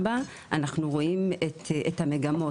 והוא גם שונה בין האוכלוסיות.